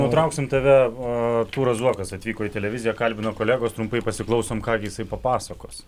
nutrauksim tave a artūras zuokas atvyko į televiziją kalbina kolegos trumpai pasiklausom ką jisai papasakos